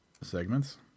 Segments